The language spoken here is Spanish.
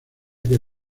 que